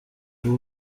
ubu